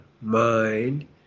mind